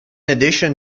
addition